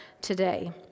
today